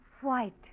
white